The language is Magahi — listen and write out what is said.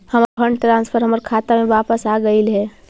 हमर फंड ट्रांसफर हमर खाता में वापस आगईल हे